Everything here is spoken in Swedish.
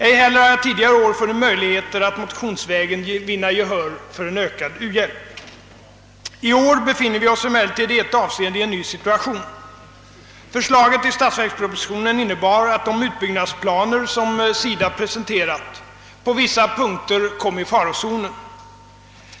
Ej heller har jag tidigare år funnit möjligheter att motionsvägen vinna gehör för ökad u-hjälp. I år befinner vi oss emellertid i ett avseende i en ny situation, Förslaget i statsverkspropositionen innebar att de utbyggnadsplaner som SIDA presenterat på vissa punkter kom i farozonen.